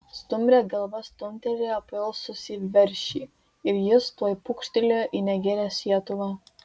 stumbrė galva stumtelėjo pailsusį veršį ir jis tuoj pūkštelėjo į negilią sietuvą